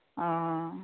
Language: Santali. ᱚ